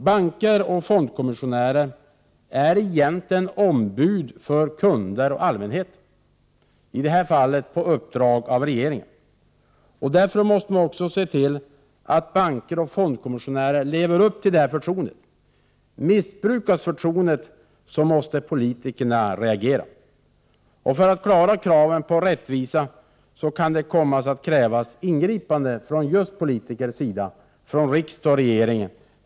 Banker och fondkommissionärer är egentligen ombud för kunder och allmänhet, i detta fall på uppdrag av regeringen, och därför måste man också se till att banker och fondkommissionärer lever upp till detta förtroende. Om förtroendet missbrukas måste politikerna reagera. För att kraven på rättvisa skall kunna uppfyllas kan det komma att krävas ingripanden från just politikers sida, från riksdagen och regeringen.